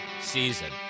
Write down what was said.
season